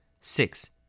Six